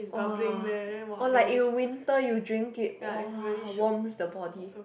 !wah! or like you winter you drink it !wah! warms the body